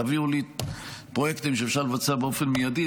תביאו לי פרויקטים שאפשר לבצע באופן מיידי,